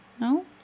No